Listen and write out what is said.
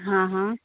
हाँ हाँ